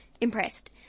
impressed